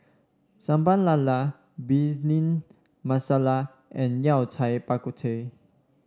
Sambal Lala Bhindi Masala and Yao Cai Bak Kut Teh